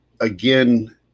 again